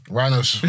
Rhinos